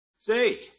Say